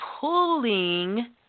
pulling